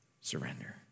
surrender